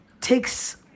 takes